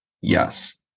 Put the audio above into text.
Yes